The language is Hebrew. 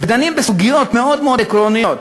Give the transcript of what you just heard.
ודנים בסוגיות מאוד מאוד עקרוניות,